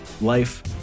life